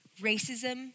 racism